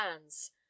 hands